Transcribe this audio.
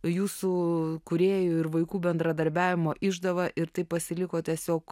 jūsų kūrėjų ir vaikų bendradarbiavimo išdava ir tai pasiliko tiesiog